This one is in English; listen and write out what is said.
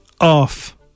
off